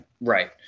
Right